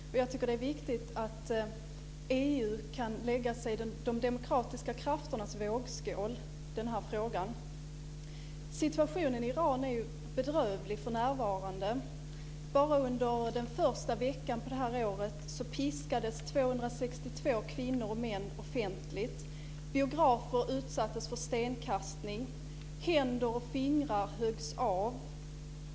Jag tycker att det är viktigt att EU kan lägga sig i de demokratiska krafternas vågskål i den här frågan. Situationen i Iran är bedrövlig för närvarande. Bara under den första veckan på det här året piskades 262 kvinnor och män offentligt. Biografer utsattes för stenkastning. Händer och fingrar höggs av.